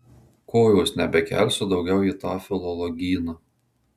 kojos nebekelsiu daugiau į tą filologyną